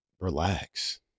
relax